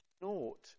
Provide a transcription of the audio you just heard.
naught